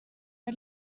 per